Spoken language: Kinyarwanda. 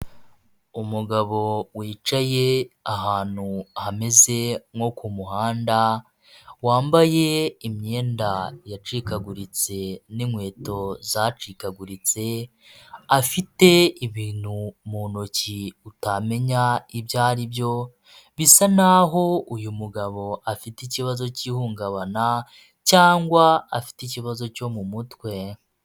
Umugabo wicaye ahantu hameze nko ku muhanda wambaye imyenda yacikaguritse n'inkweto zacikaguritse, afite ibintu mu ntoki utamenya ibyo aribyo bisa naho uyu mugabo afite ikibazo cy'ihungabana cyangwa afite ikibazo cyo mu mutwe.